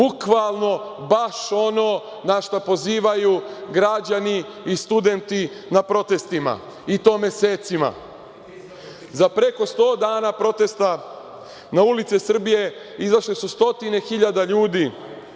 bukvalno baš ono na šta pozivaju građani i studenti na protestima i to mesecima.Za preko 100 dana protesta na ulice Srbije izašle su stotine hiljada ljudi.